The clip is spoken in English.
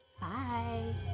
Bye